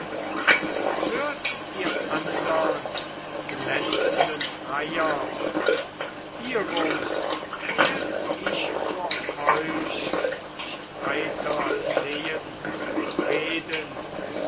hört ihr andern glänzenden freier hierum werd ich vor euch nicht weiter flehen noch reden